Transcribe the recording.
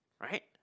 right